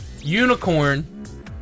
unicorn